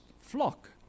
flock